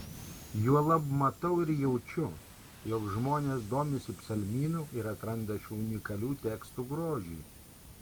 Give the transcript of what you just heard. juolab matau ir jaučiu jog žmonės domisi psalmynu ir atranda šių unikalių tekstų grožį